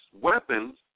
weapons